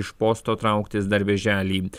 iš posto trauktis dar birželį